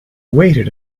waited